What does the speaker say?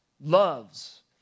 loves